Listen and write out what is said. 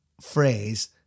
phrase